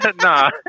Nah